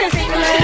single